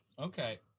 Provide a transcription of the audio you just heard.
Okay